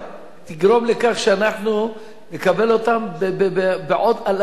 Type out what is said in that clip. בעצם רק תגרום לכך שאנחנו נקבל אותם ועוד אלפים,